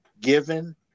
given